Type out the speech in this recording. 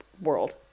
world